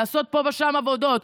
לעשות פה ושם עבודות,